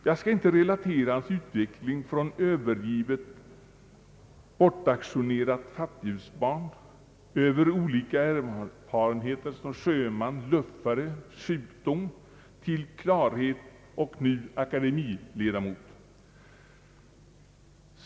Jag skall inte relatera hans utveckling från övergivet, bortauktionerat = fattighusbarn över olika erfarenheter som sjöman och luffare och en som drabbats av sjukdom till klarhet och nu ledamotskap av Svenska akademien.